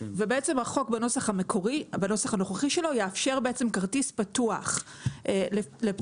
ובעצם החוק בנוסח הנוכחי שלו יאפשר כרטיס פתוח לפתיחה